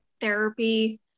therapy